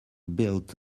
built